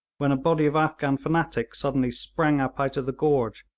when a body of afghan fanatics suddenly sprang up out of the gorge,